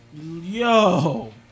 Yo